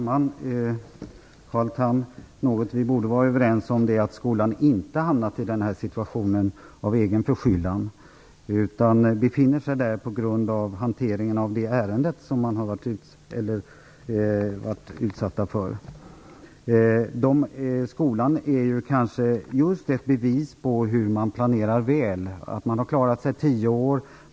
Fru talman! Vi borde, Carl Tham, vara överens om att skolan inte hamnat i den här situationen av egen förskyllan, utan den befinner sig i denna situation på grund av den ärendebehandling som man utsatts för. Skolan är kanske just ett bevis på hur man planerar väl. Man har klarat sig i tio år.